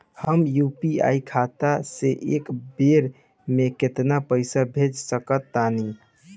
हम यू.पी.आई खाता से एक बेर म केतना पइसा भेज सकऽ तानि?